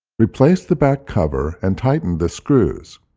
replace the back cover and tighten the screws.